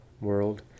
world